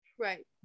right